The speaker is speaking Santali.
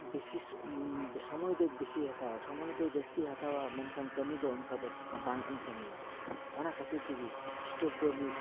ᱵᱤᱥᱮᱥ ᱥᱚᱢᱚᱭ ᱫᱚ ᱵᱮᱥᱤ ᱦᱟᱛᱟᱣᱼᱟ ᱥᱚᱢᱚᱭ ᱫᱚ ᱡᱟᱹᱥᱛᱤᱭ ᱦᱟᱛᱟᱣᱼᱟ ᱢᱮᱱᱠᱷᱟᱱ ᱠᱟᱹᱢᱤ ᱫᱚ ᱚᱱᱠᱟᱫᱚ ᱵᱟᱝ ᱮ ᱠᱟᱹᱢᱤᱭᱟ ᱚᱱᱟ ᱠᱷᱟᱹᱛᱤᱨ ᱛᱮᱜᱤ ᱥᱴᱳᱯ ᱫᱚ ᱢᱤᱫ